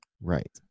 right